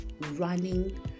running